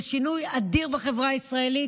זה שינוי אדיר בחברה הישראלית.